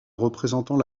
représentant